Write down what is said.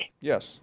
Yes